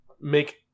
make